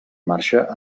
marxa